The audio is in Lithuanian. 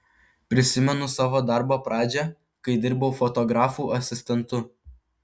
prisimenu savo darbo pradžią kai dirbau fotografų asistentu